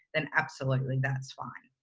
then absolutely, that's fine.